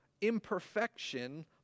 imperfection